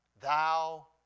Thou